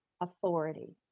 authority